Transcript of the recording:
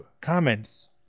comments